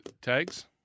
tags